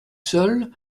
seuls